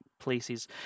places